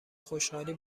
خوشحالی